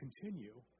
continue